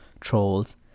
trolls